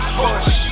push